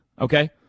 okay